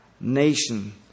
nation